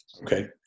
Okay